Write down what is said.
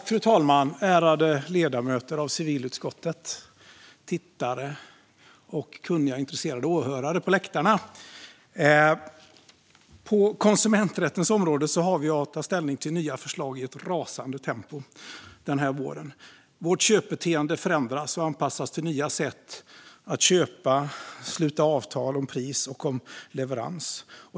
Fru talman! Ärade ledamöter av civilutskottet, tittare och kunniga, intresserade åhörare på läktaren! På konsumenträttens område har vi att ta ställning till nya förslag i ett rasande tempo den här våren. Vårt köpbeteende förändras och anpassas till nya sätt att köpa och att sluta avtal om pris och leverans.